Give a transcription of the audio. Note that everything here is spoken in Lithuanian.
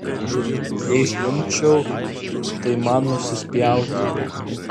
ir net jei žliumbčiau tai man nusispjauti